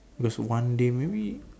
just one day maybe